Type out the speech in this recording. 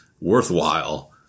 worthwhile